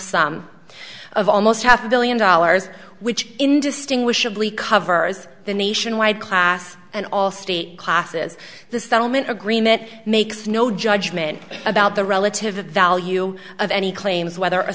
sum of almost half a billion dollars which indistinguishably covers the nationwide class and all state classes the settlement agreement makes no judgment about the relative a value of any claims whether